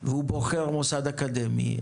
הוא בוחר מוסד אקדמי.